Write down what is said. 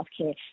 healthcare